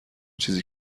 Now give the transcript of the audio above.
چیزی